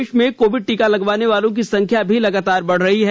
देश में कोविड टीका लगवाने वालों की संख्या भी लगातार बढ रही है